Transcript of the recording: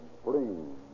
Spring